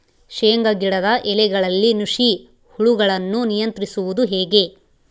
ಶೇಂಗಾ ಗಿಡದ ಎಲೆಗಳಲ್ಲಿ ನುಷಿ ಹುಳುಗಳನ್ನು ನಿಯಂತ್ರಿಸುವುದು ಹೇಗೆ?